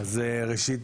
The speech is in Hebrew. יותר ספציפי,